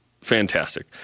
fantastic